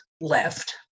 left